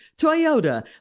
Toyota